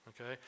Okay